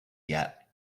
yet